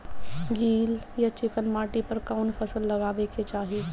गील या चिकन माटी पर कउन फसल लगावे के चाही?